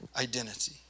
identity